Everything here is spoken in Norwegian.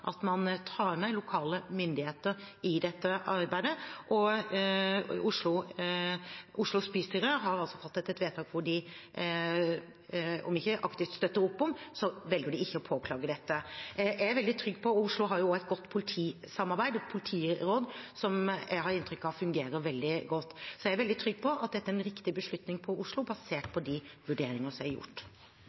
at man tar med lokale myndigheter i dette arbeidet. Oslos bystyre har altså fattet et vedtak hvor de, om ikke aktivt støtter opp, velger ikke å påklage dette. Oslo har også et godt politisamarbeid, med et politiråd, som jeg har inntrykk av fungerer veldig godt. Jeg er veldig trygg på at dette er en riktig beslutning for Oslo, basert på de vurderinger som er gjort.